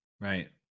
right